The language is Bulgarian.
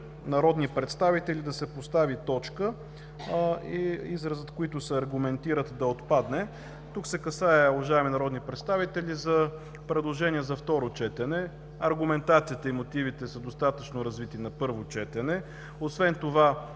„народни представители“ да се постави точка и изразът „които се аргументират“ да отпадне. Уважаеми народни представители, тук се касае за предложение за второ четене. Аргументацията и мотивите са достатъчно развити на първо четене. Освен това